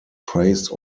praised